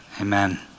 Amen